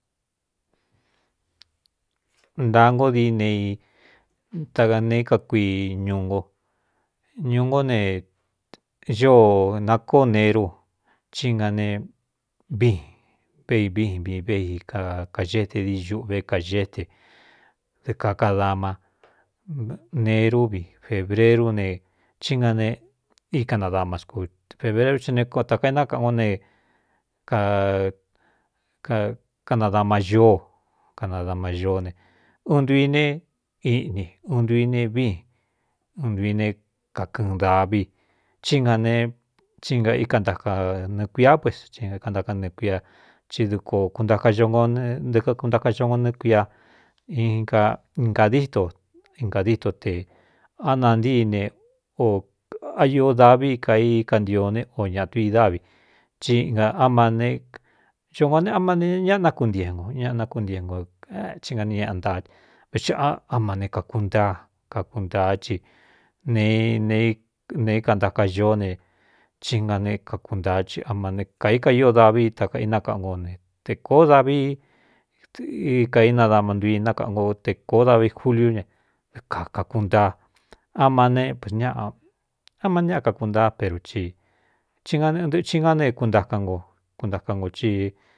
Ntāa ngó dií ne taneí kakui ñuu no ñūu nkó ne ñoo nakóō neru í na ne vin véi viin vin véꞌi kakaxete di ñuꞌve kaxete dɨ kakadama nerúvi fēbrerú ne í na ne íkanadamascu febreru ta kainákaꞌn ó ne kanadama yoó kanadamayoó ne un ndui ine iꞌni un ntui ne viin ɨntui ne kakɨ̄ꞌɨn dāvi tsí nga netí na íkantaka nɨɨ̄ kuiá puest kantáká nɨɨ kuia ti duko dɨ kakɨꞌun ntakaxongo nɨɨ kuia aadít ingādííto te ánantíi ne oa iō davi ka í kantio ne o ñāꞌ tu i dávi o ngō ne amane ñaꞌanákuntiee nko ñꞌnakuntie nkoí na neꞌantatɨ vaxiꞌ a ma ne kākuntaa kakuntaá ci nee neé kantaka yoó ne í na ne kakuntaa i amane kāíkaio davi ta kainákaꞌan nko ne te kōó davii kaínadama ntui nákaꞌan nko te kōó davi juliú ne dɨ kakakuntaa aa neá ma neꞌa kakuntáá peru i i ngá ne kunaka no kuntaka nkō ci.